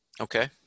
Okay